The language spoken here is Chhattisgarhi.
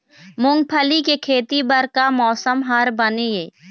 मूंगफली के खेती बर का मौसम हर बने ये?